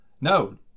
No